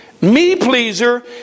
me-pleaser